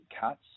cuts